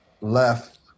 left